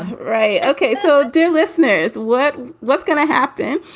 right. ok. so do listeners. what. what's going to happen?